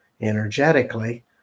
energetically